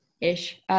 Ish